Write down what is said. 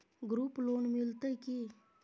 Group loan मिलतै की?